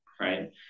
right